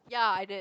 ya I did